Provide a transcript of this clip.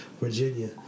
Virginia